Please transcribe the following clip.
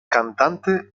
cantante